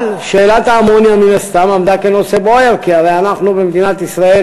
אבל שאלת האמוניה מן הסתם עמדה כנושא בוער כי הרי אנחנו במדינת ישראל,